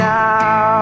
now